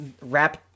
rap